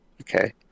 Okay